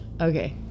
okay